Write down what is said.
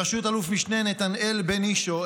בראשות אלוף משנה נתנאל בנישו,